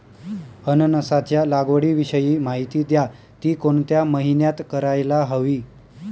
अननसाच्या लागवडीविषयी माहिती द्या, ति कोणत्या महिन्यात करायला हवी?